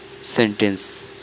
sentence